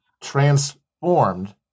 transformed